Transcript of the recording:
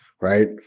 right